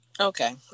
Okay